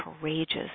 courageous